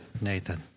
Nathan